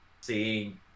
seeing